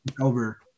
over